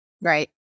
Right